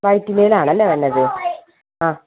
വൈറ്റിൻമേലാണല്ലേ വരുന്നത് ആ